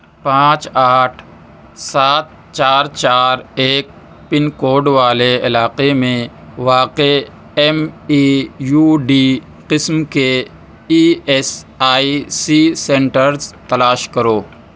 پانچ آٹھ سات چار چار ایک پن کوڈ والے علاقے میں واقع ایم ای یو ڈی قسم کے E S I C centres تلاش کرو